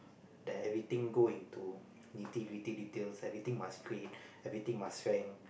then everything go into nitty gritty details everything must everything must